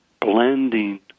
blending